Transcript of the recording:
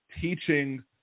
teaching